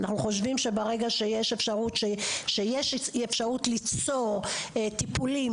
אנחנו חושבים שברגע שיש אפשרות ליצור טיפולים